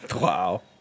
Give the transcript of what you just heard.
Wow